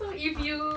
so if you